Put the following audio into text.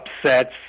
upsets